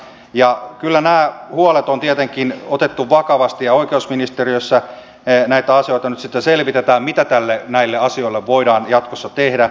kyllä nämä huolet on tietenkin otettu vakavasti ja oikeusministeriössä näitä asioita nyt sitten selvitetään mitä näille asioille voidaan jatkossa tehdä